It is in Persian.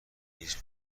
هیچ